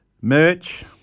Merch